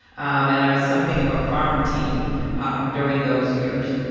um and i was something of a farm team um during those years.